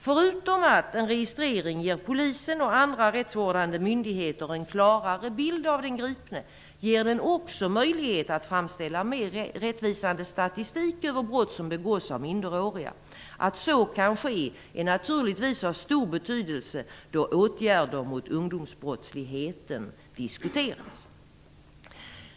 Förutom att en registrering ger polisen och andra rättsvårdande myndigheter en klarare bild av den gripne ger den också möjlighet att framställa mer rättvisande statistik över brott som begås av minderåriga. Att så kan ske är naturligtvis av stor betydelse då åtgärder mot ungdomsbrottsligheten diskuteras.